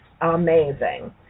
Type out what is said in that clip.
amazing